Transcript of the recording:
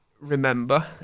remember